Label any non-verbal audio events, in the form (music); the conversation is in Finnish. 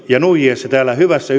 ja nuijia sen täällä hyvässä (unintelligible)